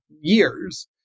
years